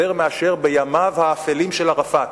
יותר מאשר בימיו האפלים של ערפאת,